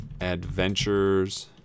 Adventures